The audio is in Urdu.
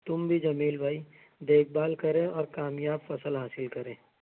تم بھی جمیل بھائی دیکھ بھال کریں اور کامیاب فصل حاصل کریں